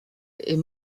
est